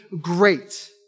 great